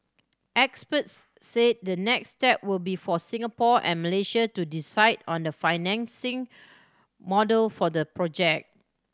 experts said the next step will be for Singapore and Malaysia to decide on the financing model for the project